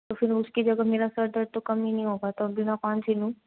तो फिर उसकी जगह मेरा सर दर्द तो कम ही नहीं हो पाता बिना